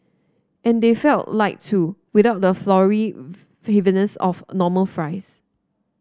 and they felt light too without the floury heaviness of a normal fries